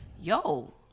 yo